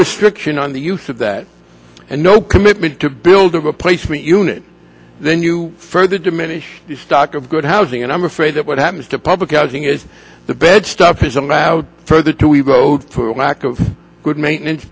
restriction on the use of that and no commitment to build a placement unit then you further diminish the stock of good housing and i'm afraid that what happens to public housing is the bad stuff is allowed further to erode lack of good maintenance